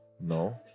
No